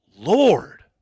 Lord